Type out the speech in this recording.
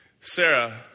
Sarah